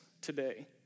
today